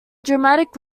dramatic